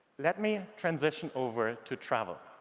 let me transition over to travel.